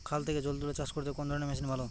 খাল থেকে জল তুলে চাষ করতে কোন ধরনের মেশিন ভালো?